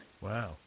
Wow